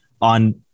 on